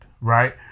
right